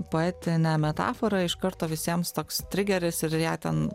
poetinė metafora iš karto visiems toks trigeris ir ją ten